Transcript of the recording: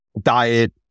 diet